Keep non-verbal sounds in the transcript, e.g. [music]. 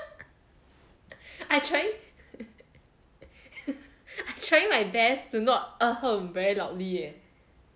I trying [laughs] I trying my best to not [noise] very loudly